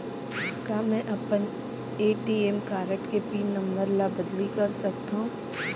का मैं अपन ए.टी.एम कारड के पिन नम्बर ल बदली कर सकथव?